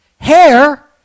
Hair